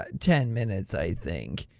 ah ten minutes. i think?